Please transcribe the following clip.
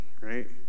right